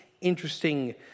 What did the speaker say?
interesting